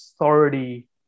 authority